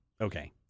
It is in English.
okay